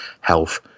health